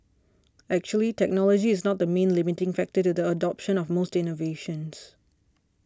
actually technology is not the main limiting factor to the adoption of most innovations